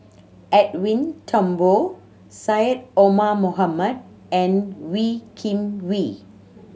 Edwin Thumboo Syed Omar Mohamed and Wee Kim Wee